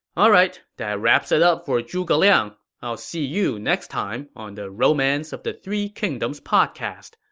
alright, that wraps it up for zhuge liang. i'll see you next time on the romance of the three kingdoms podcast.